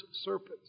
serpent